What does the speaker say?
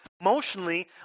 emotionally